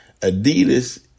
Adidas